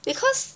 because